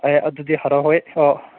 ꯍꯣꯏ ꯑꯗꯨꯗꯤ ꯍꯔꯥꯎꯋꯦ ꯑꯥ